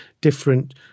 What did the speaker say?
different